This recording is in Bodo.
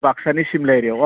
बाक्सानि सिमला एरियायाव